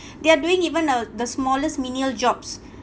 they're doing even uh the smallest menial jobs